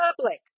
public